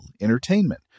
entertainment